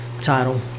title